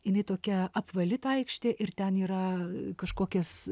jinai tokia apvali ta aikštė ir ten yra kažkokias